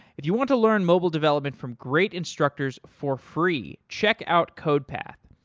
if you want to learn mobile development from great instructors for free, check out codepath.